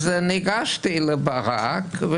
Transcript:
אז ניגשתי לברק כן,